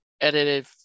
edited